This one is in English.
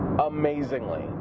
amazingly